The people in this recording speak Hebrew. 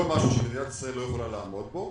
לא משהו שמדינת ישראל לא יכולה לעמוד בו,